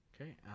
Okay